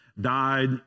died